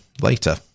later